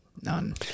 none